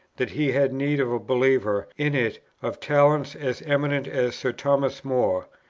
that he had need of a believer in it of talents as eminent as sir thomas more,